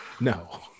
No